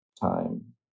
time